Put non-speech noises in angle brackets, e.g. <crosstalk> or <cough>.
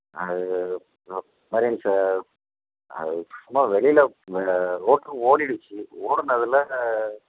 அது <unintelligible> சார் அது சும்மா வெளியில் ரோட்டில் ஓடிடுச்சு ஓடுனதில்